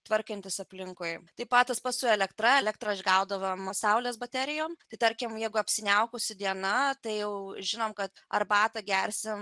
tvarkantis aplinkui taip pat tas pats su elektra elektrą išgaudavom saulės baterijom tai tarkim jeigu apsiniaukusi diena tai jau žinom kad arbatą gersim